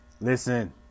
Listen